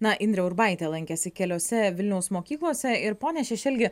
na indrė urbaitė lankėsi keliose vilniaus mokyklose ir pone šešelgi